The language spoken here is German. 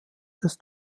des